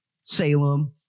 Salem